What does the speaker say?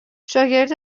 شاگرد